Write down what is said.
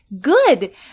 good